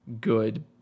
good